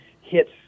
hits